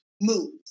move